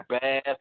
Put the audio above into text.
bad